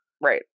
right